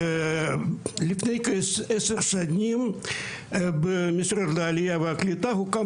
לפני כעשר שנים במשרד העלייה והקליטה הוקם